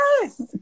Yes